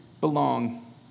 belong